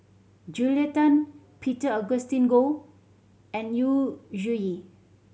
Julia Tan Peter Augustine Goh and Yu Zhuye